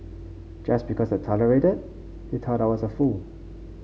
just because I tolerated he thought I was a fool